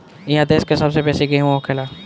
इहा देश के सबसे बेसी गेहूं होखेला